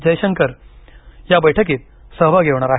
जयशंकर या बैठकीत सहभागी होणार आहेत